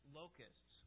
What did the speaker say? locusts